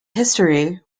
history